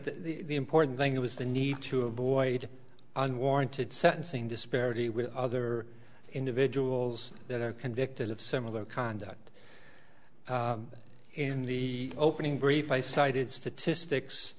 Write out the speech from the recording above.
the important thing was the need to avoid unwarranted sentencing disparity with other individuals that are convicted of similar conduct in the opening brief i cited statistics